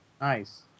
Nice